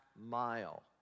mile